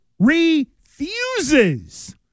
refuses